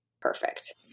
Perfect